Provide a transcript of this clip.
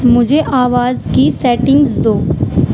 مجھے آواز کی سیٹنگز دو